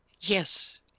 Yes